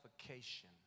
suffocation